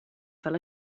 fel